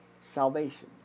salvation